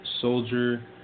Soldier